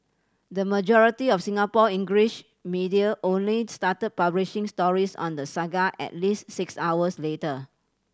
the majority of Singapore English media only started publishing stories on the saga at least six hours later